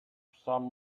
some